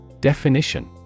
Definition